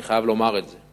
אני חייב לומר את זה,